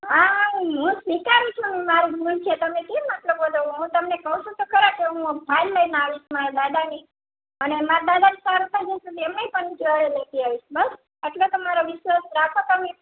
હા હા હું હું સ્વીકારું છું હું મારો ભૂલ છે તમે કેમ આટલો બધો હું તમને કહું છું તો ખરા કે હું આ ફાઇલ લઈને આવીશ મારા દાદાની અને મારા દાદાને સારું થઈ જશે તો એમને પણ હું જોડે લેતી આવીશ બસ આટલો તો મારો વિશ્વાસ રાખો તમે